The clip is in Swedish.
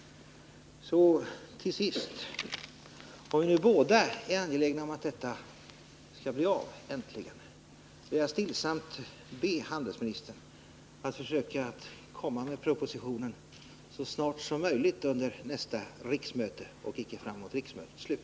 Till sist: om vi nu båda är angelägna om att detta skall bli av, äntligen, får jag stillsamt be handelsministern att försöka lägga fram proposition så snart som möjligt under nästa riksmöte och inte framemot riksmötets slut.